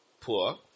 poor